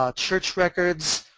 um church records